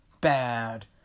bad